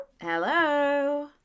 Hello